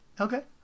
okay